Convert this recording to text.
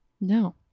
No